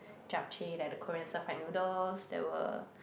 chap chae like the Korean stir fried noodles there were